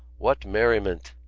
what merriment!